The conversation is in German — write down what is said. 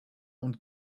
und